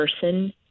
person